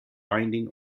binding